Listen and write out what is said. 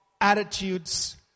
attitudes